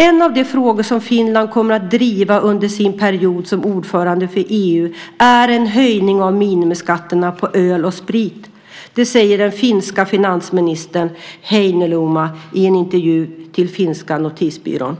En av de frågor som Finland kommer att driva under sin period som ordförandeland för EU är en höjning av minimiskatterna på öl och sprit. Det säger den finske finansministern Heinäluoma i en intervju med Finska Notisbyrån.